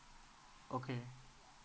okay